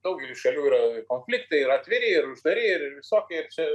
daugely šalių yra konfliktai yra atviri ir uždari ir visokie čia